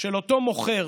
של אותו מוכר